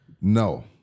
No